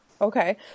Okay